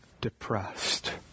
depressed